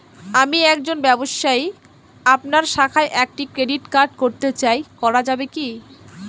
আমি একজন ব্যবসায়ী আপনার শাখায় একটি ক্রেডিট কার্ড করতে চাই করা যাবে কি?